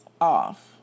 off